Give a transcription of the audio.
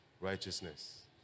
Righteousness